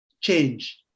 change